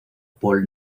paul